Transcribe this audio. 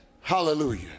hallelujah